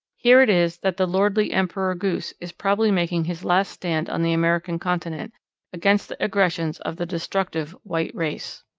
here it is that the lordly emperor goose is probably making his last stand on the american continent against the aggressions of the destructive white race.